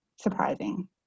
surprising